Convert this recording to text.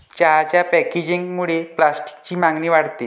चहाच्या पॅकेजिंगमुळे प्लास्टिकची मागणी वाढते